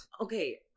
Okay